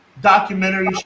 documentary